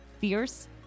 fierce